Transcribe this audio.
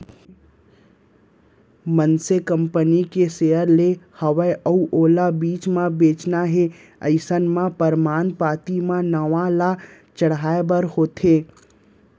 मनसे कंपनी के सेयर ले हवय अउ ओला बीच म बेंचना हे अइसन म परमान पाती म नांव ल चढ़हाय बर होथे